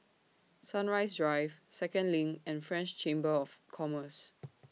Sunrise Drive Second LINK and French Chamber of Commerce